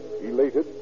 Elated